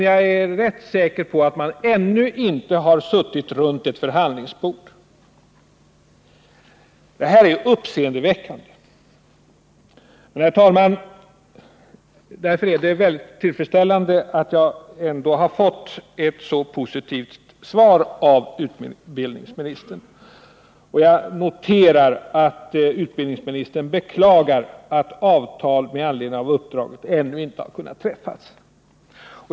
Jag är rätt säker på att man ännu inte har suttit runt ett förhandlingsbord. Det här är uppseendeväckande. Men det är ändå, herr talman, mycket tillfredsställande att jag har fått ett så positivt svar av utbildningsministern. Jag noterar att utbildningsministern beklagar att avtal med anledning av uppdraget ännu inte har kunnat träffas.